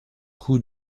cou